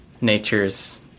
nature's